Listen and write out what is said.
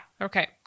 Okay